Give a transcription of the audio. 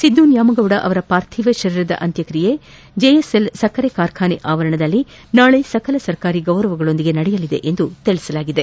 ಸಿದ್ದು ನ್ನಾಮಗೌಡ ಅವರ ಪಾರ್ಥಿವ ಶರೀರದ ಅಂತ್ವಕ್ರಿಯೆ ಚೆಎಸ್ಎಲ್ ಸಕ್ಕರೆ ಕಾರ್ಖಾನೆ ಅವರಣಸದಲ್ಲಿ ನಾಳೆ ಸಕಲ ಸರ್ಕಾರಿ ಗೌರವಗಳೊಂದಿಗೆ ನಡೆಯಲಿದೆ ಎಂದು ತಿಳಿಸಲಾಗಿದೆ